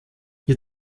ihr